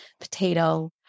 potato